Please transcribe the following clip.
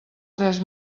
tres